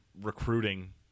recruiting